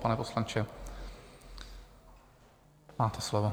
Pane poslanče, máte slovo.